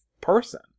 person